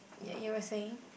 ya you are saying